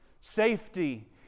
safety